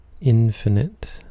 infinite